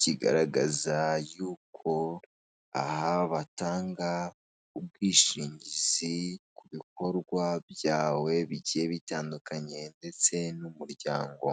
kigaragaza yuko aha batanga ubwishingizi ku bikorwa byawe bigiye bitandukanye ndetse n'umuryango.